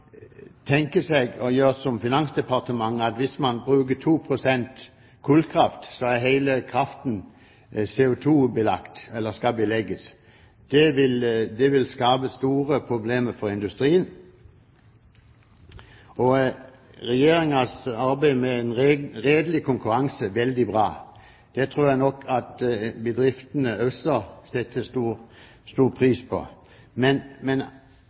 tenker seg å gjøre som Finansdepartementet vil, og bruker 2 pst. kullkraft, skal hele kraften belegges med CO2-avgift. Det vil skape store problemer for industrien. Regjeringens arbeid med en redelig konkurranse er veldig bra, og det tror jeg nok at bedriftene også setter stor pris på. Men